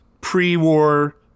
pre-war